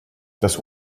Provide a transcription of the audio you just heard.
das